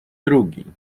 drugi